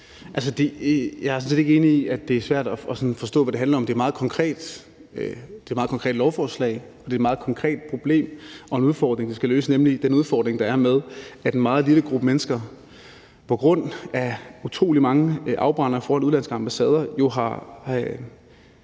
set ikke enig i, at det er svært at forstå, hvad det handler om. Det er et meget konkret lovforslag og et meget konkret problem og en udfordring, vi skal løse, nemlig den udfordring, der er med, at en meget lille gruppe mennesker på grund af utrolig mange afbrændinger foran udenlandske ambassader